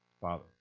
Father